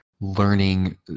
learning